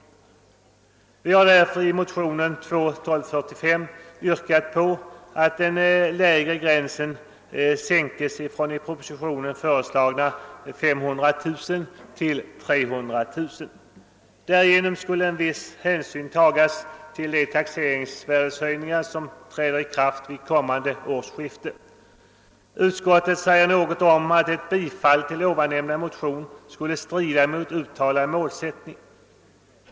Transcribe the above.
Mot denna bakgrund har vi i de likalydande motionerna I: 1059 och II: 1245 yrkat på att den lägre gränsen i reduceringsregeln sänks från i propositionen föreslagna 500 000 kr. till 300 000 kr. Därigenom skulle viss hänsyn tas till de taxeringsvärdehöjningar som träder i kraft vid kommande årsskifte. Utskottet skriver något om att ett bifall till motionerna skulle strida mot uttalad målsättning.